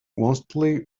mostly